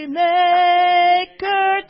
maker